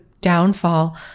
downfall